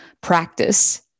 practice